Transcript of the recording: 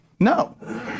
No